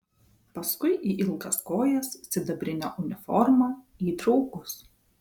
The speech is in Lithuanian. paskui į ilgas kojas sidabrinę uniformą į draugus